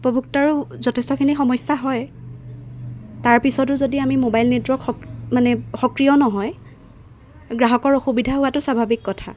উপভোক্তাৰো যথেষ্টখিনি সমস্যা হয় তাৰপিছতো যদি আমি ম'বাইল নেটৱৰ্ক মানে সক্ৰিয় নহয় গ্ৰাহকৰ অসুবিধা হোৱাটো স্বাভাৱিক কথা